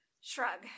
shrug